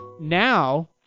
now